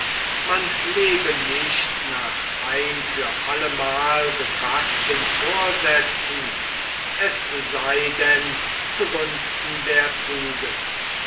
man lebe nicht nach ein für alle mal gefaßten vorsätzen es sei denn zu gunsten der tugend